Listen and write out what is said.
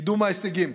קידום ההישגים,